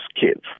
kids